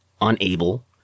unable